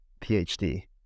PhD